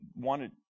wanted